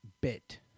bit